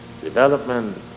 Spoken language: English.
Development